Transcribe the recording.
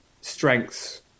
strengths